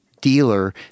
dealer